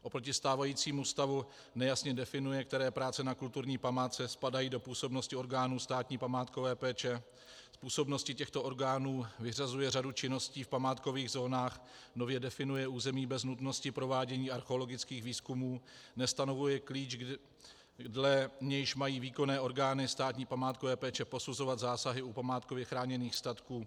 Oproti stávajícímu stavu nejasně definuje, které práce na kulturní památce spadají do působnosti orgánů státní památkové péče, z působnosti těchto orgánů vyřazuje řadu činností v památkových zónách, nově definuje území bez nutnosti provádění archeologických výzkumů, nestanovuje klíč, dle nějž mají výkonné orgány státní památkové péče posuzovat zásahy u památkově chráněných statků.